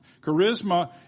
Charisma